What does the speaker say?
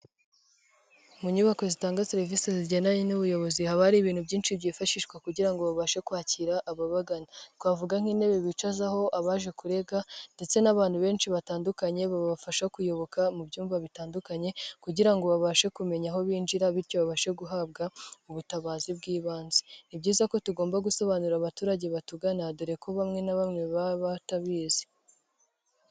Mu nyubako zitanga serivisi zijyandanye n'ubuyobozi haba hari ibintu byinshi byifashishwa kugira ngo babashe kwakira ababagana, twavuga nk'intebe bicaza aho abaje kurega ndetse n'abantu benshi batandukanye babafasha kwiyoboka mu byumba bitandukanye kugira ngo babashe kumenya aho binjira bityo babashe guhabwa ubutabazi bw'ibanze, ni byiza ko tugomba gusobanurira abaturage batugana dore ko bamwe na bamwe baba batabizi.